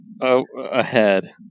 ahead